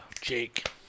Jake